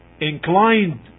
inclined